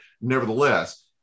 nevertheless